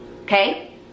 okay